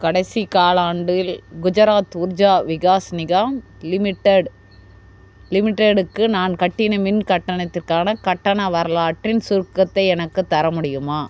கடைசி காலாண்டில் குஜராத் உர்ஜா விகாஸ் நிகாம் லிமிடெட் லிமிடெடுக்கு நான் கட்டின மின் கட்டணத்திற்கான கட்டண வரலாற்றின் சுருக்கத்தை எனக்குத் தர முடியுமா